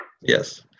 Yes